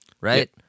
Right